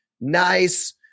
nice